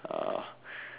uh